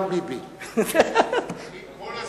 גם ביבי.